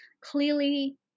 clearly